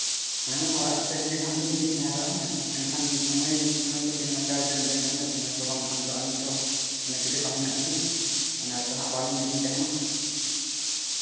ᱦᱮᱸ ᱚᱲᱟᱜ ᱥᱮᱫ ᱨᱮᱜᱮ ᱦᱟᱸᱜ ᱞᱤᱧ ᱛᱟᱦᱮᱸ ᱦᱟᱛᱟᱲᱚᱜᱼᱟ ᱮᱱᱠᱷᱟᱱ ᱥᱚᱢᱚᱭ ᱥᱚᱢᱚᱭ ᱠᱚ ᱛᱤᱱ ᱢᱟᱪᱷᱟ ᱵᱮᱱ ᱮᱢᱫᱟ ᱥᱚᱢᱚᱭ ᱠᱚ ᱵᱟᱝᱠᱷᱟᱱ ᱛᱚ ᱟᱹᱞᱤᱧ ᱦᱚᱸᱛᱚ ᱢᱟᱱᱮ ᱠᱤᱪᱷᱩ ᱠᱟᱹᱢᱤ ᱢᱮᱱᱟᱜ ᱛᱟᱹᱞᱤᱧᱟ ᱚᱱᱟ ᱛᱮᱦᱚᱸ ᱵᱟᱞᱤᱧ ᱛᱟᱦᱮᱱᱚᱜᱼᱟ